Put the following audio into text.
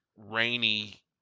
rainy